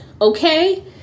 Okay